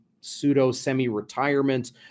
pseudo-semi-retirement